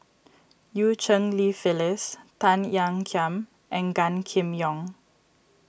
Eu Cheng Li Phyllis Tan Ean Kiam and Gan Kim Yong